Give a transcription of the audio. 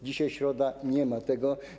Dzisiaj środa, nie ma tego.